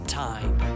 time